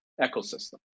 ecosystem